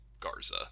Garza